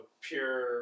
pure